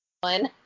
one